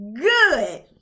good